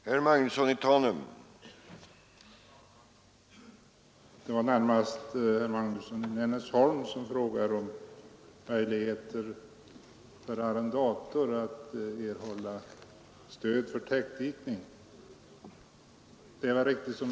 Herr talman! Herr Magnusson i Nennesholm frågade om möjligheterna för arrendator att erhålla stöd för täckdikning.